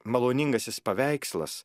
maloningasis paveikslas